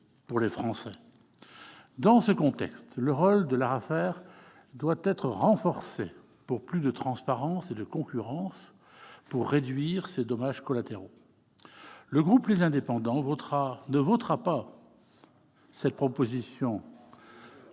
les Français. Dans ce contexte, le rôle de l'Arafer doit être renforcé pour plus de transparence et de concurrence et pour réduire ces dommages collatéraux. Le groupe Les Indépendants ne votera donc pas cette proposition